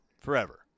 forever